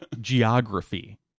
geography